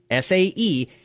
SAE